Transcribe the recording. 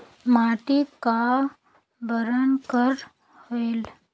माटी का बरन कर होयल?